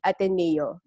Ateneo